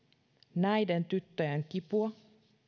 näiden tyttöjen kipua